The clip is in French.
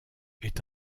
est